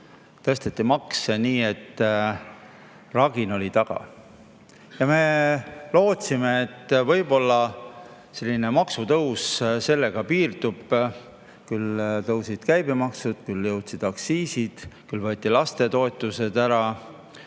tõsteti makse, nii et ragin oli taga. Me lootsime, et võib-olla maksutõus sellega piirdub: küll tõusis käibemaks, küll tõusid aktsiisid, küll võeti lastetoetused ära,